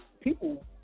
people